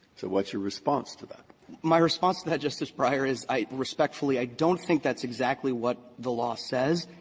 so what's your response to that? yarger my response to that, justice breyer, is i respectfully, i don't think that's exactly what the law says.